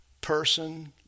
person